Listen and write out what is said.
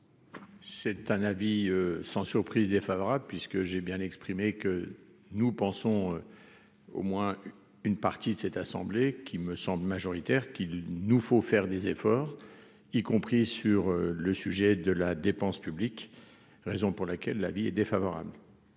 C'est un avis sans surprise défavorable puisque j'ai bien exprimé que nous pensons, au moins une partie de cette assemblée, qui me semble majoritaire qu'il nous faut faire des efforts, y compris sur le sujet de la dépense publique, raison pour laquelle l'avis est défavorable.